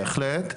בהחלט.